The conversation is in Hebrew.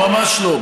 ממש לא.